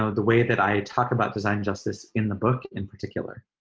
ah the way that i talk about design justice, in the book in particular.